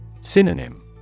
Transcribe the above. Synonym